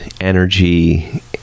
energy